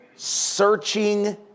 Searching